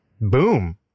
boom